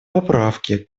поправки